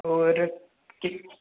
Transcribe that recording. होर